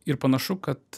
ir panašu kad